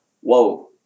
Whoa